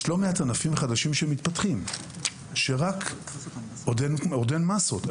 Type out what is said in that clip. יש לא מעט ענפים חדשים שמתפתחים שעדיין אין שם מסות.